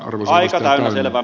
sitten vielä